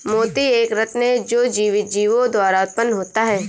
मोती एक रत्न है जो जीवित जीवों द्वारा उत्पन्न होता है